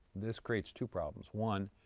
this creates two problems. one,